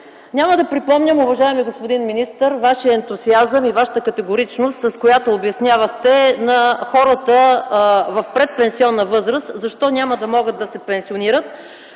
Няма да припомням, уважаеми господин министър, Вашия ентусиазъм и Вашата категоричност, с която обяснявахте на хората в предпенсионна възраст защо няма да могат да се пенсионират.